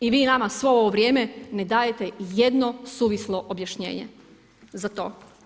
I vi nama svo ovo vrijeme ne dajete jedno suvislo objašnjenje za to.